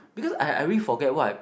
because I I really forget what I